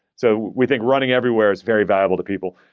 so we think running everywhere is very valuable to people,